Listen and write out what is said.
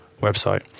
website